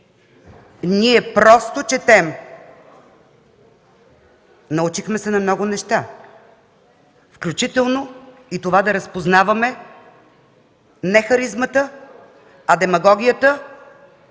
Ние просто четем. Научихме се на много неща, включително и това да разпознаваме не харизмата, а демагогията